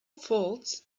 faults